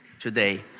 today